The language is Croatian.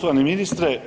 Poštovani ministre,